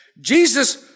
Jesus